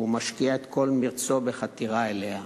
והוא משקיע את כל מרצו בחתירה אליה.